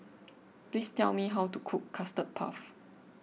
please tell me how to cook Custard Puff